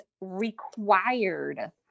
required